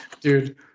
Dude